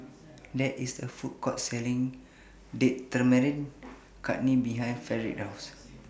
There IS A Food Court Selling Date Tamarind Chutney behind Fredric's House